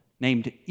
named